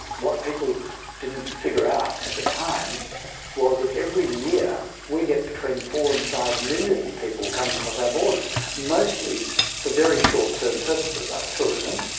what people didn't figure out at the time was that every year we get between four and five million people coming across our borders mostly for very short-term purposes like tourism.